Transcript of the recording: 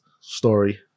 story